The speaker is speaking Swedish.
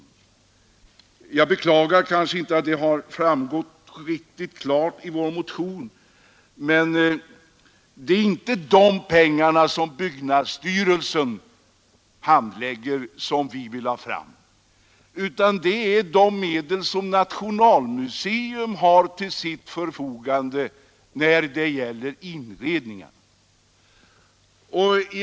Men det är inte — jag beklagar att det kanske inte har framgått riktigt klart i vår motion — de pengar som byggnadsstyrelsen handhar som vi vill ha fram, utan medel som andra institutioner har till sitt förfogande för inredningar.